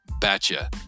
betcha